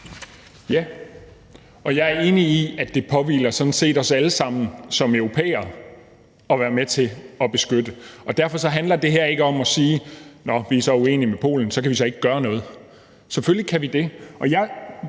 Ja, og jeg er enig i, at det sådan set påhviler os alle sammen som europæere at være med til at beskytte. Derfor handler det her ikke om at sige: Nå, vi er så uenige med Polen, og så kan vi ikke gøre noget. Selvfølgelig kan vi det.